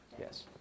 Yes